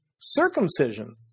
circumcision